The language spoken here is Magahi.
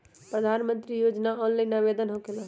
प्रधानमंत्री योजना ऑनलाइन आवेदन होकेला?